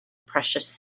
precious